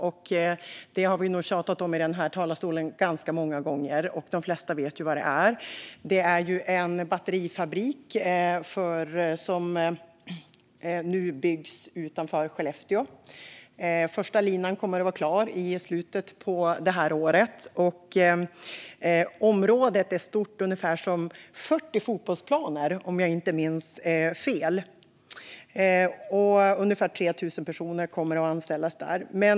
Vi har nog tjatat om den ganska många gånger här i talarstolen, och de flesta vet vad det är. Det är en batterifabrik som nu byggs utanför Skellefteå. Första linan kommer att vara klar i slutet av det här året. Området är ungefär så stort som 40 fotbollsplaner, om jag inte minns fel. Ungefär 3 000 personer kommer att anställas där.